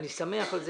אני שמח על כך